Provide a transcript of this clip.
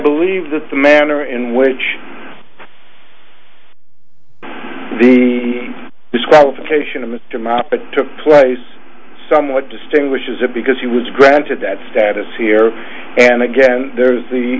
believe that the manner in which the disqualification of mr moffat took place somewhat distinguishes him because he was granted that status here and again there's the